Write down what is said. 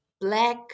black